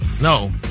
no